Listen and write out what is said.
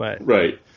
Right